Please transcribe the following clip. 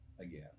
again